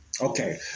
Okay